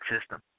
system